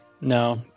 No